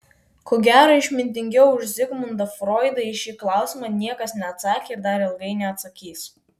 ko gero išmintingiau už zigmundą froidą į šį klausimą niekas neatsakė ir dar ilgai neatsakys